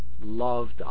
loved